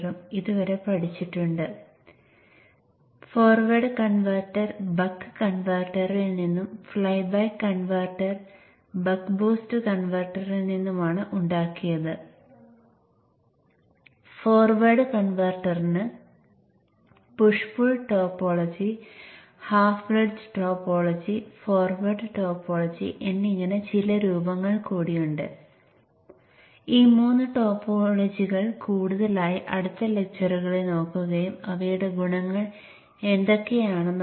ഒരു push pull കൺവെർട്ടറിന്റെ കാര്യത്തിന് സമാനമായി സെക്കൻഡറി ഭാഗം മാറ്റമില്ലാതെ തുടരുന്നതും പുഷ് പുൾ കൺവെർട്ടറിന്റെ പ്രാഥമിക ഭാഗം മാത്രം മാറ്റിയിരിക്കുന്നതും നിങ്ങൾ ഇപ്പോൾ കാണുന്നു